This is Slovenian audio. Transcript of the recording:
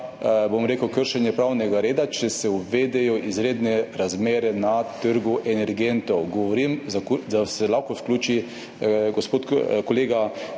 smislu za kršenje pravnega reda, če se uvedejo izredne razmere na trgu energentov. Govorim, da se lahko vključijo … Gospod kolega